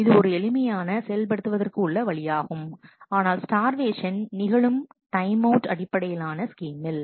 இது ஒரு எளிமையான செயல்படுத்துவதற்கு உள்ள வழியாகும் ஆனால் ஸ்டார்வேஷன் நிகழும் டைம் அவுட் அடிப்படையிலான ஸ்கீமில்